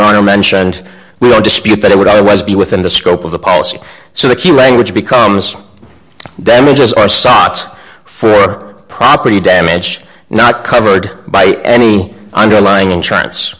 are mentioned no dispute that would otherwise be within the scope of the policy so the key language becomes damages are sought for property damage not covered by any underlying insurance